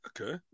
Okay